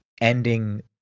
ending